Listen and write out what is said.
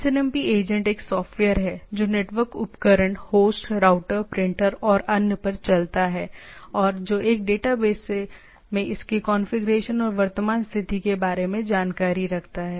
SNMP agent एक software है जो नेटवर्क उपकरण होस्ट राउटर प्रिंटर और अन्य पर चलता है और जो एक डेटाबेस में इसके कॉन्फ़िगरेशन और वर्तमान स्थिति के बारे में जानकारी रखता है